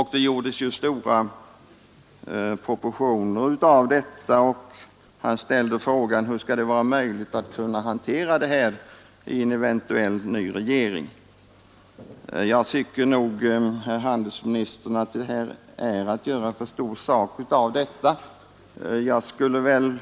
Herr Feldt gav stora proportioner åt detta och ställde frågan: Hur skall det vara möjligt att hantera det här i en eventuell ny regering? Jag tycker, herr handelsminister, att det här är att göra för stor sak av det hela.